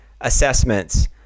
assessments